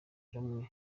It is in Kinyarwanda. rumwe